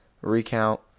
Recount